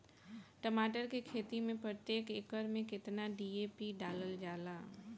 टमाटर के खेती मे प्रतेक एकड़ में केतना डी.ए.पी डालल जाला?